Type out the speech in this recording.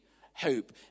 hope